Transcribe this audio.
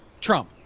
Trump